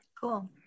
Cool